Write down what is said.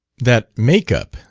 that make-up!